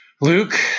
Luke